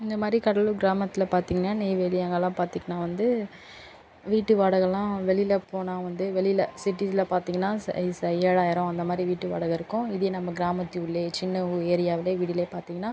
இந்தமாதிரி கடலூர் கிராமத்தில் பார்த்தீங்கனா நெய்வேலி அங்கேலா பாத்தீங்கனா வந்து வீட்டு வாடகைலா வெளியில் போனால் வந்து வெளியில் சிட்டிஸ்யில் பார்த்தீங்கனா ஸ ஸ்ஸை ஏழாயிரம் அந்தமாதிரி வீட்டு வாடகைருக்கும் இதே நம்ம கிராமத்துள்ளே சின்ன ஒரு ஏரியாவுலே வீடுலே பார்த்தீங்கனா